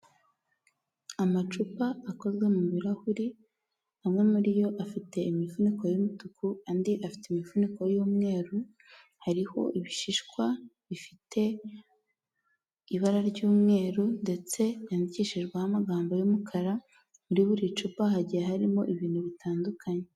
Amacupa akozwe mu birarahuri amwe muri yo afite imifuniko y'umutuku, andi afite imifuniko y'umweru, hariho ibishishwa bifite ibara ry'umweru, ndetse yandikishijweho amagambo y'umukara, muri buri cupa hagiye harimo ibintu bitandukanye.